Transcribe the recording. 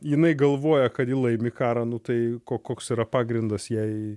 jinai galvoja kad ji laimi karą nu tai ko koks yra pagrindas jai